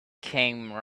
came